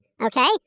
okay